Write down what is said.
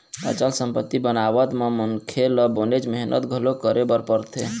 अचल संपत्ति बनावत म मनखे ल बनेच मेहनत घलोक करे बर परथे